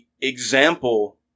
example